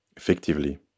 Effectively